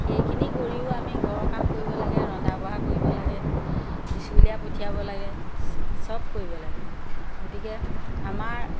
সেইখিনি কৰিও আমি ঘৰৰ কাম কৰিব লাগে ৰন্ধা বঢ়া কৰিব লাগে স্কুলীয়া পঠিয়াব লাগে সব কৰিব লাগে গতিকে আমাৰ